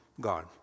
God